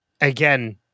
Again